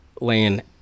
laying